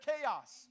chaos